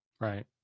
Right